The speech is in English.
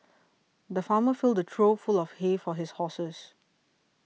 the farmer filled the trough full of hay for his horses